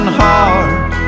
heart